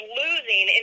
losing